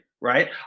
right